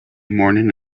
morning